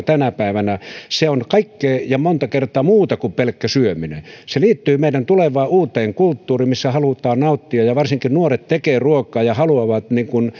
tänä päivänä että se on kaikkea ja monta kertaa muuta kuin pelkkää syömistä se liittyy meidän tulevaan uuteen kulttuuriimme missä halutaan nauttia ja varsinkin nuoret tekevät ruokaa ja haluavat